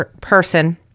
person